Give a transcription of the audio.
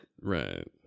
Right